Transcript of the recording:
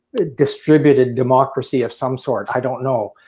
distributed democracy of some sort. i don't know.